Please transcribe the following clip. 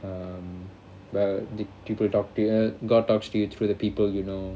um the people talk here like god talks to you through the people you know